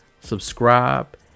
subscribe